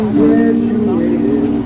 graduated